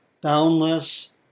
boundless